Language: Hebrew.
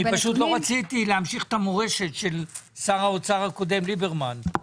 אני פשוט לא רציתי להמשיך את המורשת של שר האוצר הקודם ליברמן,